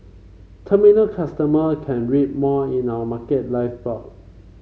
terminal customer can read more in our Market Live blog